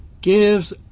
gives